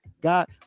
God